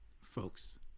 Folks